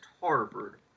Harvard